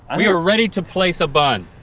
and we are ready to place a bun.